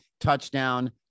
touchdown